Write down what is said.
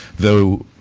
though,